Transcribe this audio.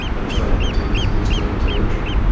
and australia contends it's an external territory.